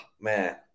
man